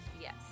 Yes